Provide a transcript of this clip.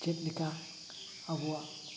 ᱪᱮᱫᱞᱮᱠᱟ ᱟᱵᱚᱣᱟᱜ